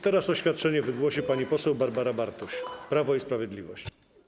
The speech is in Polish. Teraz oświadczenie wygłosi pani poseł Barbara Bartuś, Prawo i Sprawiedliwość.